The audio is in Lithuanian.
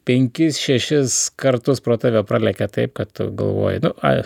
penkis šešis kartus pro tave pralekia taip kad tu galvoji nu ai